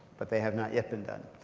but they have not yet been done.